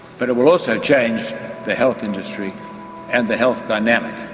but it will also change the health industry and the health dynamic,